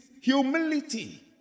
humility